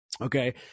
Okay